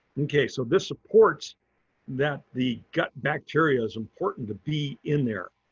okay, so this supports that the gut bacteria is important to be in there.